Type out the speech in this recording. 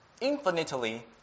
infinitely